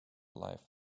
life